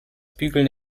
bügeln